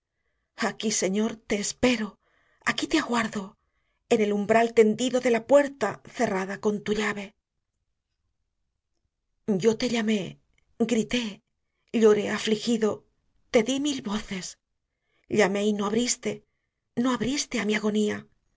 aquí señor te espero aquí te aguardo en el umbral tendido de la puerta cerrada con tu llave yo te llamó grité lloré afligido te di mil voces llamé y no abriste no abriste á mí agonía